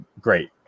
Great